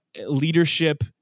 leadership